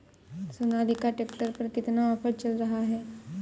Sonalika tractor पर कितना offer चल रहा है?